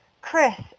Chris